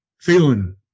feeling